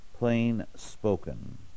plain-spoken